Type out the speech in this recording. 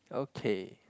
okay